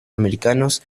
americanos